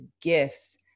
gifts